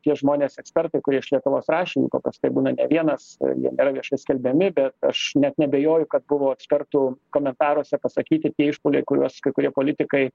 tie žmonės ekspertai kurie iš lietuvos rašė jų paprastai būna ne vienas jie nėra viešai skelbiami bet aš net neabejoju kad buvo ekspertų komentaruose pasakyti tie išpuoliai kuriuos kai kurie politikai